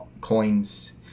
coins